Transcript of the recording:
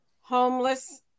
homeless